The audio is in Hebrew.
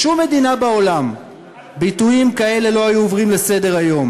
בשום מדינה בעולם על ביטויים כאלה לא היו עוברים לסדר-היום.